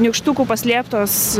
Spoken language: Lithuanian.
nykštukų paslėptos